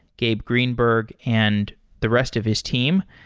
gabe greenberg, and the rest of his team.